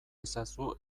ezazu